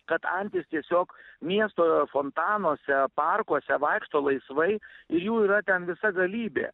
kad antys tiesiog miesto fontanuose parkuose vaikšto laisvai ir jų yra ten visa galybė